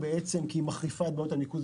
היא מחריפה את בעיות הניקוז,